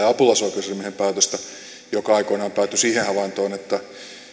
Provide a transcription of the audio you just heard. apulaisoikeusasiamiehen päätöstä joka aikoinaan päätyi siihen havaintoon että